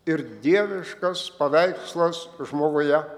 ir dieviškas paveikslas žmoguje